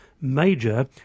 major